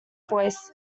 voice